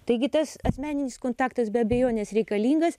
taigi tas asmeninis kontaktas be abejonės reikalingas